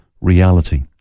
reality